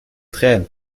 tränen